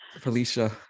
Felicia